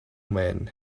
man